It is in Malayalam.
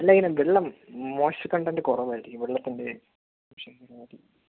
അല്ല വെള്ളം മോയ്സ്ചർ കൊണ്ടെന്റ്റ് കുറവായിരിക്കും വെള്ളത്തിൻറ്റെ